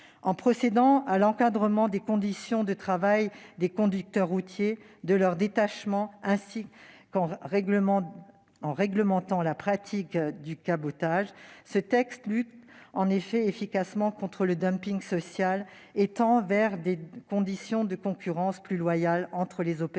En procédant à l'encadrement des conditions de travail des conducteurs routiers, de leur détachement, et en réglementant la pratique du cabotage, ce texte lutte en effet efficacement contre le dumping social et tend vers des conditions de concurrence plus loyale entre les opérateurs